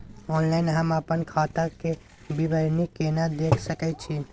Online हम अपन खाता के विवरणी केना देख सकै छी?